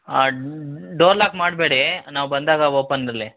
ಹಾಂ door lock ಮಾಡಬೇಡಿ ನಾವು ಬಂದಾಗ ಓಪನ್ ಇರಲಿ